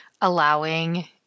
allowing